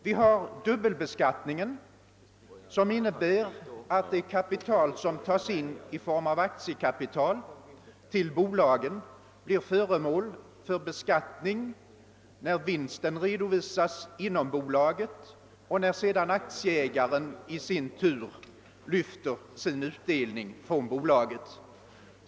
Vi har t.ex. dubbelbeskattningen, som innebär att det kapital, som tas in i form av aktiekapital till bolag, blir föremål för beskattning både när vinsten redovisas inom bolaget och när sedan aktieägaren i sin tur lyfter sin utdelning från bolaget.